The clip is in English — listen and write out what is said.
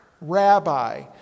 Rabbi